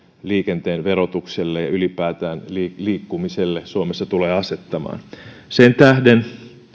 liikenteen verotukselle ja ylipäätään liikkumiselle suomessa tulee asettamaan sen tähden